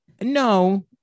no